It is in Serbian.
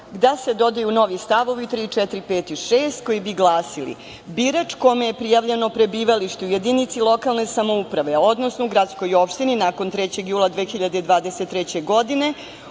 da se dodaju novi stavovi 3, 4, 5 i 6. koji glase : birač kome je prijavljeno prebivalište u jedinici lokalne samouprave odnosno u gradskoj opštini nakon 3. jula 2023. godine,